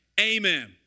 amen